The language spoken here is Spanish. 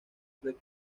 the